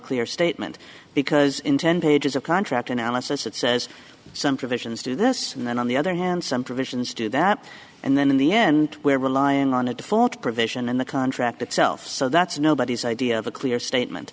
clear statement because in ten pages of contract analysis it says some provisions do this and then on the other hand some provisions do that and then in the end we're relying on a default provision in the contract itself so that's nobody's idea of a clear statement